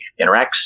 Interacts